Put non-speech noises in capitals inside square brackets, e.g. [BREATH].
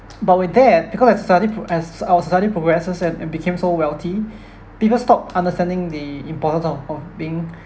but with that because our society pro as our society progresses and it became so wealthy [BREATH] people stop understanding the importance of of being [BREATH]